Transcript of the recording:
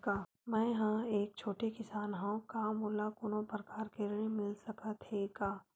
मै ह एक छोटे किसान हंव का मोला कोनो प्रकार के ऋण मिल सकत हे का?